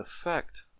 effect